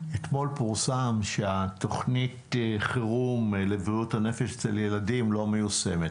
אתמול פורסם שהתוכנית חירום לבריאות הנפש אצל ילדים לא מיושמת.